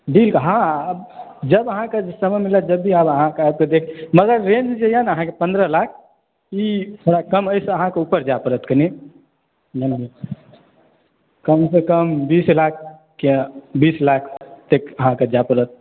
bill हाँ जब अहाँ कऽ समय मिलत जब भी आयब अहाँ देख लेब लगभग रेंज जे यऽ अहाँ के पन्द्रह लाख ई थोड़ा कम अछि अहाँके उपर जाय पड़त कनिये हूँ कम सॅं कम बीस लाख तक जाय पड़त